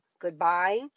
goodbye